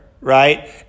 right